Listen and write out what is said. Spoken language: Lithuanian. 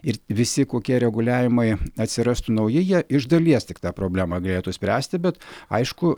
ir visi kokie reguliavimai atsirastų nauji jie iš dalies tik tą problemą galėtų spręsti bet aišku